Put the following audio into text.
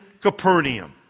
Capernaum